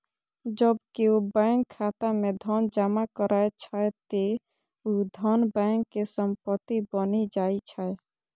जब केओ बैंक खाता मे धन जमा करै छै, ते ऊ धन बैंक के संपत्ति बनि जाइ छै